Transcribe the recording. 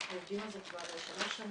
אנחנו עובדים על זה כבר שלוש שנים.